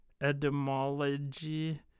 etymology